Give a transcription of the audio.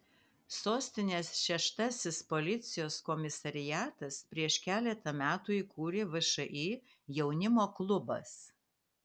sostinės šeštasis policijos komisariatas prieš keletą metų įkūrė všį jaunimo klubas